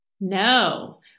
No